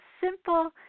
simple